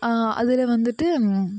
அதில் வந்துவிட்டு